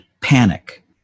panic